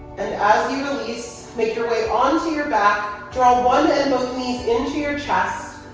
and as you release, make your way onto your back. draw one and both knees into your chest.